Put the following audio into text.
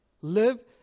Live